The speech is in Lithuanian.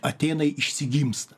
atėnai išsigimsta